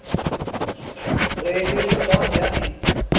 اچھا ٹھیٖک چھُ ترٛیش ویش چھِوٕ چٮ۪وَان جانٕے